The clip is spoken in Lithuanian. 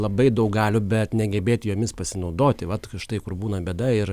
labai daug galių bet negebėti jomis pasinaudoti vat štai kur būna bėda ir